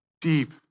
deep